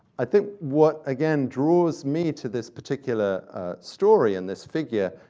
i think what, again, draws me to this particular story, and this figure,